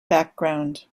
background